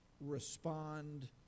respond